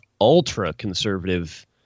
ultra-conservative